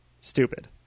stupid